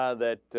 ah that